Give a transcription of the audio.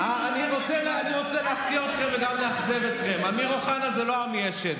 אני רוצה להפתיע אתכם וגם לאכזב אתכם: אמיר אוחנה זה לא עמי אשד.